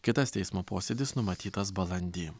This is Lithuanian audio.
kitas teismo posėdis numatytas balandį